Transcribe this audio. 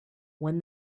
when